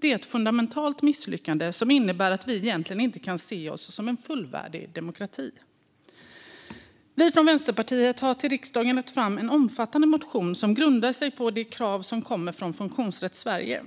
Det är ett fundamentalt misslyckande, som innebär att vi egentligen inte kan se oss som en fullvärdig demokrati. Vi från Vänsterpartiet har till riksdagen lagt fram en omfattande motion som grundar sig på de krav som kommer från Funktionsrätt Sverige.